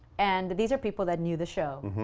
and these are people that knew the show,